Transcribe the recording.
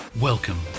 Welcome